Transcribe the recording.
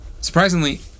Surprisingly